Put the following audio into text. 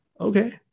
okay